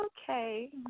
Okay